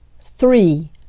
three